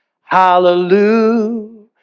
Hallelujah